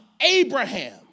Abraham